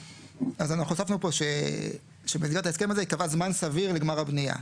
אז אנחנו הוספנו פה שבמסגרת ההסכם הזה ייקבע זמן סביר לגמר הבנייה.